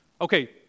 Okay